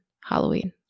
Halloween